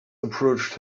approached